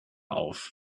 auf